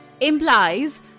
implies